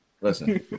Listen